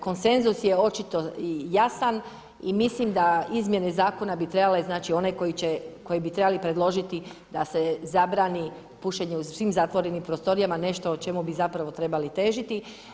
Konsenzus je očito jasan i mislim da izmjene zakona bi trebale, znači oni koji bi trebali predložiti da se zabrani pušenje u svim zatvorenim prostorijama nešto o čemu bi zapravo trebali težiti.